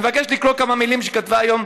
אני מבקש לקרוא כמה מילים שכתבה היום